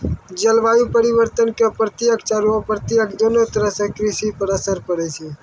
जलवायु परिवर्तन के प्रत्यक्ष आरो अप्रत्यक्ष दोनों तरह सॅ कृषि पर असर पड़ै छै